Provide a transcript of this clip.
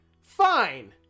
fine